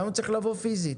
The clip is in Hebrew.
למה צריך לבוא פיזית?